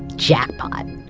jackpot!